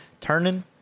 turning